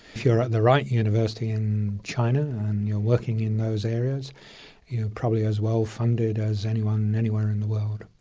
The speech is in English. if you're at the right university in china and you're working in those areas, you're probably as well funded as anyone anywhere in the world.